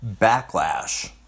Backlash